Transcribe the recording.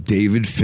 David